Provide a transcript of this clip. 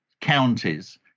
counties